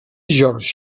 george